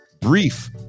brief